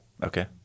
Okay